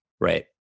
Right